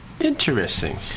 Interesting